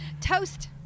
Toast